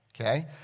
okay